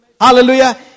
Hallelujah